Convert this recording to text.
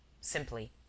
simply